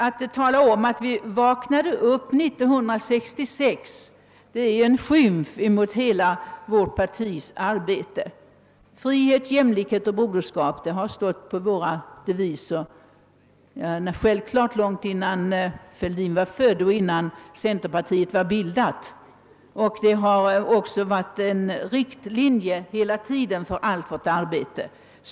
Att säga att vi vaknade upp 1966 är en skymf mot hela vårt partis arbete. Frihet, jämlikhet och broderskap har stått på våra deviser långt innan herr Fälldin var född och långt innan centerpartiet var bildat och har hela tiden varit en riktlinje för vårt arbete.